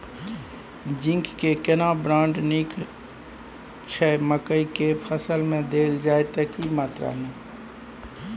Zinc के केना brand नीक छैय मकई के फसल में देल जाए त की मात्रा में?